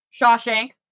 Shawshank